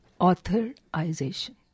authorization